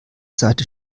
seite